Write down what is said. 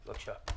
בבקשה.